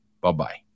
Bye-bye